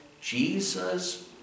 Jesus